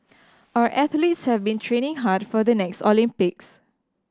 our athletes have been training hard for the next Olympics